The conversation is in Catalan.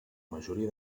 majoria